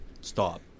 Stop